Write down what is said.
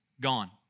gone